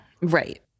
Right